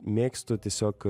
mėgstu tiesiog